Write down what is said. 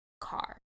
car